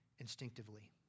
instinctively